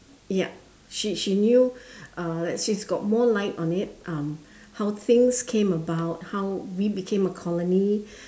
ya she she knew uh she's got more light on it um how things came about how we became a colony